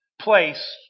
place